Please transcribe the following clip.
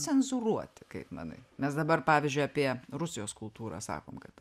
cenzūruoti kaip manai mes dabar pavyzdžiui apie rusijos kultūrą sakom kad